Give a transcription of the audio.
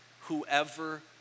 whoever